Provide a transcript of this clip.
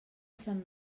sant